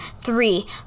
three